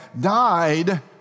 died